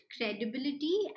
credibility